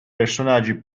personaggi